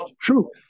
True